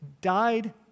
died